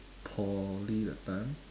poly that time